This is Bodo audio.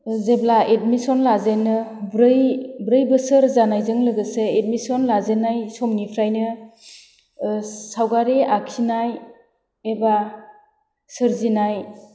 जेब्ला एडमिशन लाजेनो ब्रै बोसोर जानायजों लोगोसे एडमिशन लाजेन्नाय समनिफ्राइनो सावगारि आखिनाय एबा सोरजिनाय